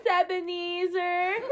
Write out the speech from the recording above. Ebenezer